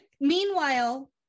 Meanwhile